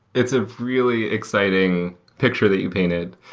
it's a really exciting picture that you painted.